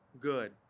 good